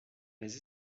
les